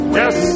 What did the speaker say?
yes